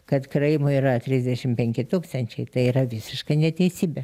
kad karaimų yra trisdešim penki tūkstančiai tai yra visiška neteisybė